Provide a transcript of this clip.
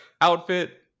Outfit